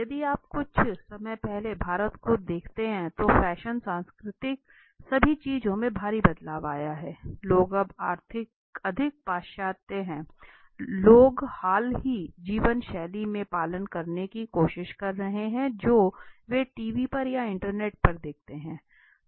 यदि आप कुछ समय पहले भारत को देखते हैं तो फैशन संस्कृति सभी चीज़ों में भारी बदलाव आया हैलोग अब अधिक पाश्चात्य हैं लोग हाल की जीवन शैली का पालन करने की कोशिश कर रहे हैं जो वे टीवी पर या इंटरनेट पर देखते हैं